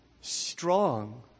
strong